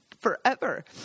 forever